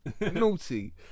Naughty